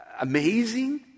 amazing